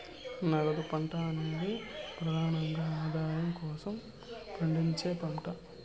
నగదు పంట అనేది ప్రెదానంగా ఆదాయం కోసం పండించే పంట